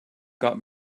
got